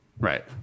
Right